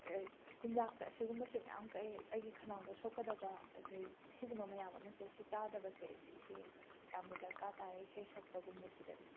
ꯆꯤꯟꯖꯥꯛꯇ ꯑꯁꯤꯒꯨꯝꯕꯁꯦ ꯃꯌꯥꯝ ꯀꯛꯑꯦ ꯑꯩꯒꯤ ꯈꯅꯥꯎꯗ ꯁꯣꯛꯀꯗꯕ ꯑꯗꯒꯤ ꯁꯤꯒꯨꯝꯕ ꯃꯌꯥꯝ ꯑꯃꯁꯦ ꯑꯁꯤ ꯆꯥꯗꯕꯁꯦ ꯁꯤꯁꯦ ꯌꯥꯝꯅ ꯗꯔꯀꯥꯔ ꯇꯥꯏ ꯏꯁꯩ ꯁꯛꯄꯒꯨꯝꯕꯁꯤꯗꯗꯤ